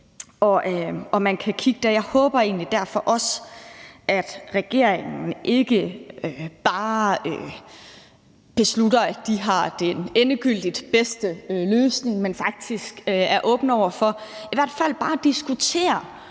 Jeg håber derfor egentlig også, at regeringen ikke bare beslutter, at det her er den endegyldigt bedste løsning, men at man faktisk også er åbne over for i hvert fald bare at diskutere,